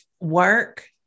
work